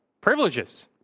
privileges